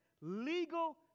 legal